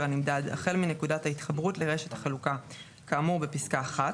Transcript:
הנמדד החל מנקודת ההתחברות לרשת החלוקה כאמור בפסקה (1),